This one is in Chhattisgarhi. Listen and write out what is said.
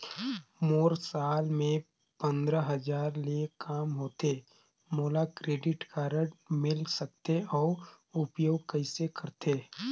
मोर साल मे पंद्रह हजार ले काम होथे मोला क्रेडिट कारड मिल सकथे? अउ उपयोग कइसे करथे?